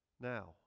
Now